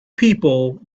people